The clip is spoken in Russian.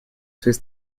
своей